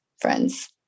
friends